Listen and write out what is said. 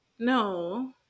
No